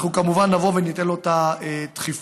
אנחנו כמובן ניתן לו את הדחיפות.